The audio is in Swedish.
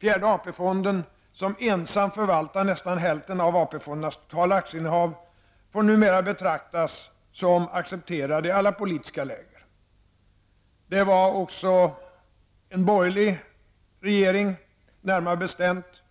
Fjärde AP fonden, som ensam förvaltar nästan hälften av AP fondernas totala aktieinnehav, får numera betraktas som accepterad i alla politiska läger. Det var också en borgerlig regering -- närmare bestämt